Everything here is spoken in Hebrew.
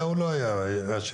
היה או לא היה, האשם.